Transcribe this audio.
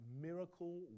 miracle